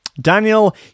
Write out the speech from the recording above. Daniel